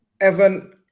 Evan